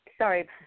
Sorry